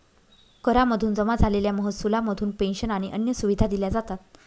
करा मधून जमा झालेल्या महसुला मधून पेंशन आणि अन्य सुविधा दिल्या जातात